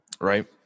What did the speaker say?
right